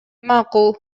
макул